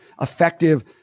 effective